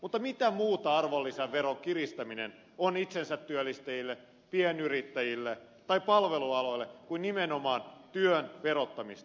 mutta mitä muuta arvonlisäveron kiristäminen on itsensä työllistäjille pienyrittäjille tai palvelualoille kuin nimenomaan työn verottamista